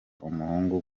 umuhungu